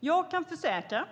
Jag kan försäkra